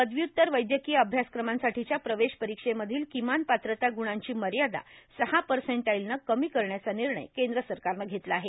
पदव्युत्तर वैद्यकीय अभ्यासक्रमांसाठीच्या प्रवेश परीक्षेमधल्या किमान पात्रता गुणांची मर्यादा सहा पर्सेंटाईलनं कमी करण्याचा निर्णय केंद्र सरकारनं घेतला आहे